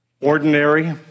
ordinary